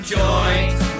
joint